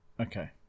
okay